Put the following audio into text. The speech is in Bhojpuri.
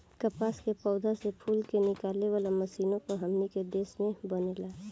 कपास के पौधा से फूल के निकाले वाला मशीनों हमनी के देश में बनेला